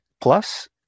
Plus